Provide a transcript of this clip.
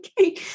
okay